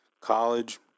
College